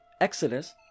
Exodus